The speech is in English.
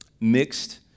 mixed